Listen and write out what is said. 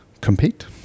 compete